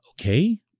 Okay